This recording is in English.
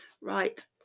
Right